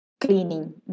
cleaning